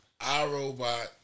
iRobot